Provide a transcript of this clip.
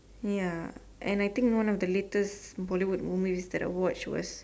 ya and I think one of the latest Bollywood movies that I watched was